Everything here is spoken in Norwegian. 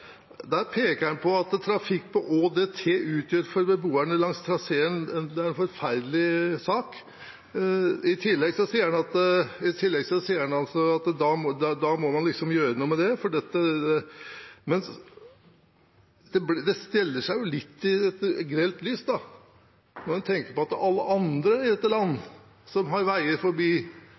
Der peker han på hva årsdøgntrafikken, ÅDT, utgjør for beboerne langs traseen – at det er en forferdelig sak. I tillegg sier han at man må gjøre noe med det. Det blir stilt i et grelt lys når en tenker på alle andre i dette land som har veier forbi,